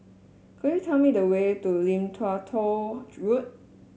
could you tell me the way to Lim Tua Tow Road